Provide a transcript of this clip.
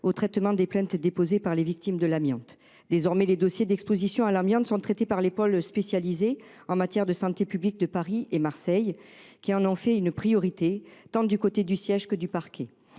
le traitement des plaintes déposées par les victimes de l’amiante. Désormais, les dossiers d’exposition à cette fibre sont traités par les pôles spécialisés en matière de santé publique des tribunaux de grande instance de Paris et de Marseille, qui en ont fait une priorité, tant du côté du siège que du parquet.